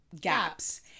gaps